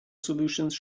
solutions